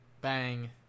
bang